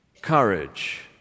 courage